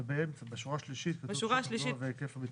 אבל באמצע, בשורה השלישית כתוב היקף המתקן.